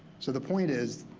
so the point is,